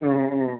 ও ও